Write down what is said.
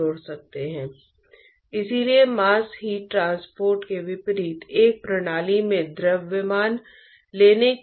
जहां 2 प्रकार के कन्वेक्शन प्रभाव होते हैं